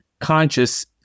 conscious